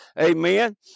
Amen